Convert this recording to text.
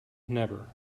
never